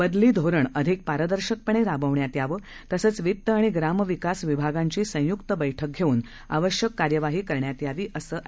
बदली धोरण अधिक पारदर्शकपणे राबवण्यात यावं तसंच वित्त आणि ग्रामविकासविभागांची संयुक्त बैठक घेवून आवश्यक कार्यवाही करण्यात यावी असंअँड